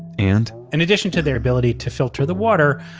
and, in addition to their ability to filter the water,